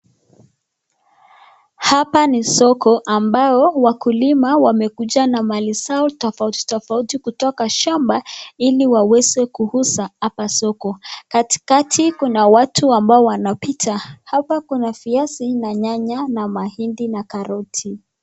Hapa ni soko ambao wakulima wamekuja na mali zao tofauti tofauti kutoka shamba ili waweze kuuza hapa soko. Katikati kuna watu ambao wanapita. Hapa kuna viazi na nyanya na mahindi na karoti.